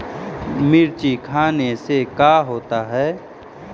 मिर्ची खाने से का होता है?